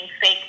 fake